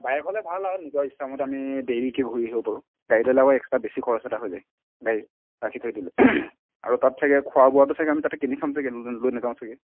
bike হ'লে ভাল আৰু নিজৰ ইচ্ছা মতে আমি দেৰিকে ঘূৰি আহিব পাৰোঁ গাড়ী ল'লে আকৌ এক্সষ্ট্ৰা বেছি খৰচ এটা হৈ যায় গাড়ী ৰাখি থৈ দিলে আৰু তাত চাগে খোৱা বোৱাটো চাগে আমি কিনি খাম চাগে লৈ নাযাওঁ চাগে